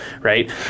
right